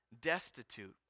destitute